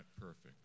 perfect